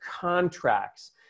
contracts